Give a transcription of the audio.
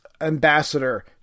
ambassador